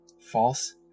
false